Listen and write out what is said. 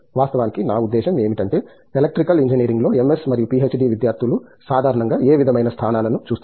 వాస్తవానికి నా ఉద్దేశ్యం ఏమిటంటే ఎలక్ట్రికల్ ఇంజనీరింగ్లోని ఎంఎస్ మరియు పిహెచ్డి విద్యార్థులు సాధారణంగా ఏ విధమైన స్థానాలను చూస్తున్నారు